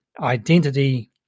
identity